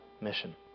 mission